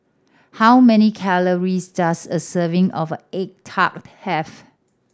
how many calories does a serving of egg tart have